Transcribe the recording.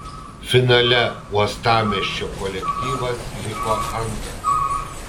finale uostamiesčio kolektyvas liko antras